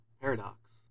Paradox